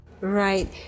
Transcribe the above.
right